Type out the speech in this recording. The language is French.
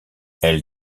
elle